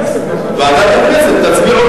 בוועדת הכנסת, בוועדת הכנסת תצביעו